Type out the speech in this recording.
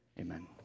amen